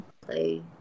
Play